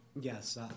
yes